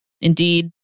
Indeed